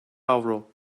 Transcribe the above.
avro